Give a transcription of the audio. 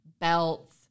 belts